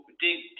dig